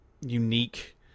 unique